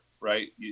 right